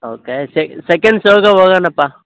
okay second ಶೋಗೆ ಹೋಗೊಣಪ್ಪ